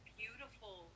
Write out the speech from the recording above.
beautiful